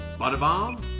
Butterbomb